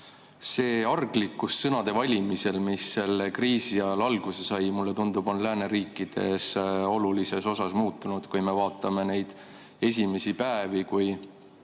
See arglikkus sõnade valimisel, mis selle kriisi ajal alguse sai, mulle tundub, on lääneriikides oluliselt muutunud. Kui me vaatame esimesi päevi, siis